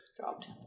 dropped